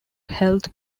health